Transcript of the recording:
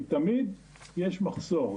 כי תמיד יש מחסור,